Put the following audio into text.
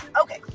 Okay